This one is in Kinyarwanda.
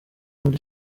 muri